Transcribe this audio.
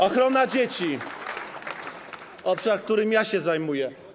Ochrona dzieci, obszar, którym ja się zajmuję.